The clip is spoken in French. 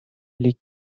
les